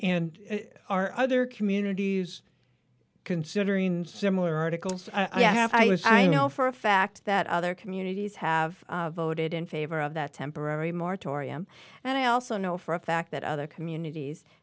in our other communities considering similar articles i have was i know for a fact that other communities have voted in favor of that temporary moratorium and i also know for a fact that other communities